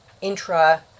intra-